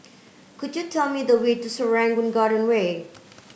could you tell me the way to Serangoon Garden Way